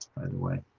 by the way.